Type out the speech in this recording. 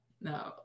no